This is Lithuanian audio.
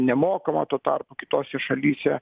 nemokama tuo tarpu kitose šalyse